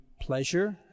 pleasure